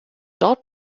dort